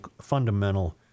fundamental